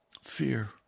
fear